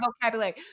vocabulary